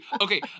Okay